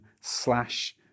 slash